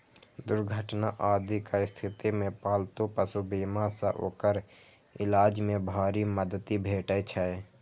दुर्घटना आदिक स्थिति मे पालतू पशु बीमा सं ओकर इलाज मे भारी मदति भेटै छै